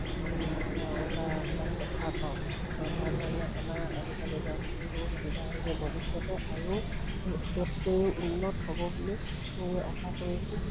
বা তাত দেখা পাওঁ তো তাৰ কাৰণে আমাৰ আজিকালি ল'ৰা ছোৱালীবোৰ সুবিধা হৈছে ভৱিষ্যতে আৰু এতিয়াতকৈয়ো উন্নত হ'ব বুলি আমি আশা কৰিছোঁ